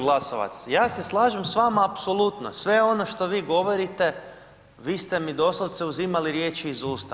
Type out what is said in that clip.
Glasovac, ja se slažem s vama apsolutno, sve ono što vi govorite, vi ste mi doslovce uzimali riječi iz usta.